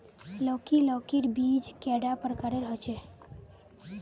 लौकी लौकीर बीज कैडा प्रकारेर होचे?